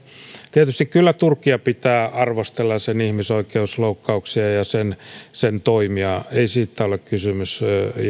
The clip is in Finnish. tietysti kyllä turkkia pitää arvostella sen ihmisoikeusloukkauksia ja ja sen sen toimia ei siitä ole kysymys ja